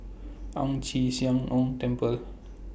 Ang Chee Sia Ong Temple